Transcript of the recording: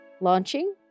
Launching